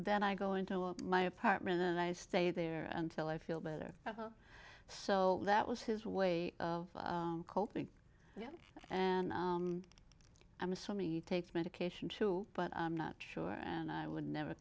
then i go into my apartment and i stay there until i feel better so that was his way of coping and i'm assuming he takes medication too but i'm not sure and i would never